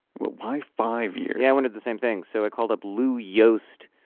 why five years? yeah, i wondered the same thing. so i called up lou yost,